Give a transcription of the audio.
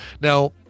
Now